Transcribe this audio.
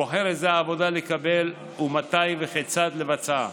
בוחר איזו עבודה לקבל ומתי וכיצד לבצעה,